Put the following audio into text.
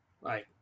Right